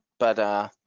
but